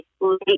late